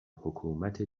حکومت